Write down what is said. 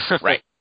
Right